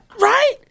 Right